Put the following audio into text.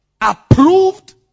approved